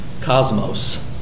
Cosmos